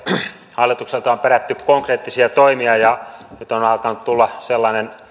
hallitukselta on perätty konkreettisia toimia ja nyt on alkanut tulla sellainen